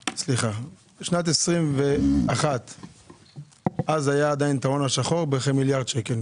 בשנת 2021 היה עדיין את ההון השחור בכמיליארד שקל,